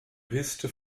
piste